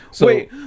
Wait